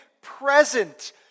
present